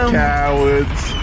cowards